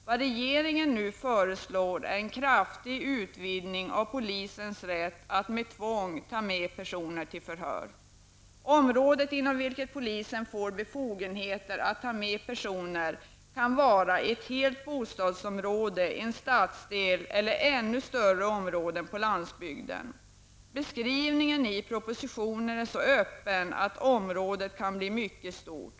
Vad regeringen nu föreslår är en kraftig utvidgning av polisens rätt att med tvång ta med personer till förhör. Området inom vilket polisen får befogenheter att ta med personer kan vara ett helt bostadsområde, en stadsdel eller ännu större områden på landsbygden. Beskrivningen i propositionen är så öppen att området kan bli mycket stort.